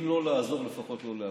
אם לא לעזור, לפחות לא להפריע.